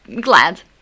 glad